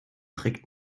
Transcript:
trägt